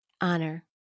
honor